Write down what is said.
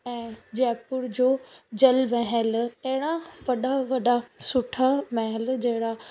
ऐं जयपुर जो जल महल अहिड़ा वॾा वॾा सुठा महिल जेड़ा